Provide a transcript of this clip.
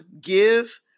give